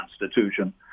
Constitution